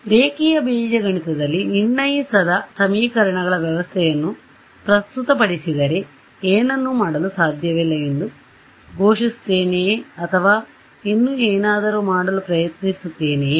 ಆದ್ದರಿಂದ ರೇಖೀಯ ಬೀಜಗಣಿತದಲ್ಲಿ ನಿರ್ಣಯಿಸದ ಸಮೀಕರಣಗಳ ವ್ಯವಸ್ಥೆಯನ್ನು ಪ್ರಸ್ತುತಪಡಿಸಿದರೆ ಏನನ್ನೂ ಮಾಡಲು ಸಾಧ್ಯವಿಲ್ಲ ಎಂದು ಘೋಷಿಸುತ್ತೇನೆಯೇ ಅಥವಾ ಇನ್ನೂ ಏನಾದರೂ ಮಾಡಲು ಪ್ರಯತ್ನಿಸುತ್ತೇನೆಯೇ